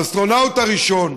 האסטרונאוט הראשון,